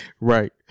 right